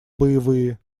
боевые